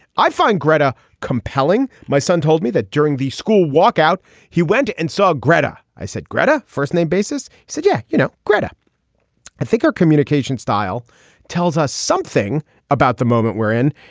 i find gretta compelling. my son told me that during the school walkout he went and saw gretta. i said gretta first name basis said yeah you know gretta i think our communication style tells us something about the moment we're in.